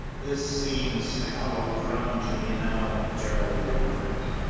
this seems hallowed ground to me now, darrell remarked.